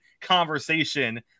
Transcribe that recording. conversation